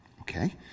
Okay